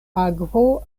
akvo